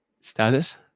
Status